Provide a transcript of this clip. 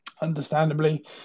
understandably